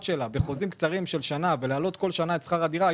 שלה בחוזים קצרים של שנה ולהעלות כל שנה את שכר הדירה,